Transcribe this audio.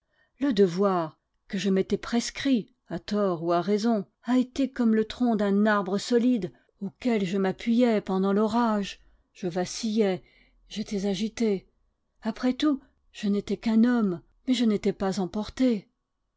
le devoir que je m'étais prescrit à tort ou à raison a été comme le tronc d'un arbre solide auquel je m'appuyais pendant l'orage je vacillais j'étais agité après tout je n'étais qu'un homme mais je n'étais pas emporte